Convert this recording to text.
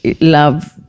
love